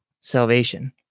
salvation